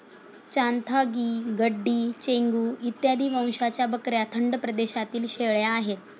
चांथागी, गड्डी, चेंगू इत्यादी वंशाच्या बकऱ्या थंड प्रदेशातील शेळ्या आहेत